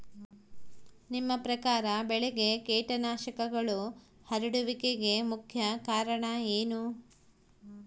ನಿಮ್ಮ ಪ್ರಕಾರ ಬೆಳೆಗೆ ಕೇಟನಾಶಕಗಳು ಹರಡುವಿಕೆಗೆ ಮುಖ್ಯ ಕಾರಣ ಏನು?